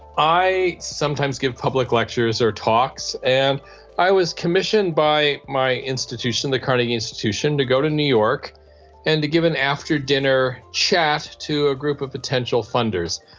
i sometimes give public lectures or talks, and i was commissioned by my institution, the carnegie institution, to go to new york and to give an after-dinner chat to a group of potential funders,